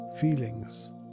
feelings